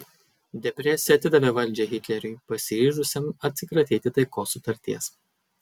depresija atidavė valdžią hitleriui pasiryžusiam atsikratyti taikos sutarties